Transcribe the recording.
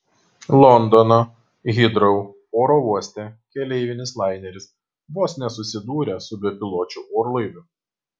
londono hitrou oro uoste keleivinis laineris vos nesusidūrė su bepiločiu orlaiviu